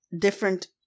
different